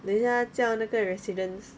等一下他叫那个 residents